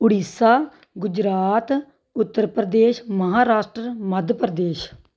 Orissa Gujarat Uttar Pradesh Maharashtra Madhya Pradesh